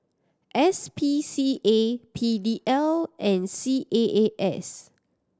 S P C A P D L and C A A S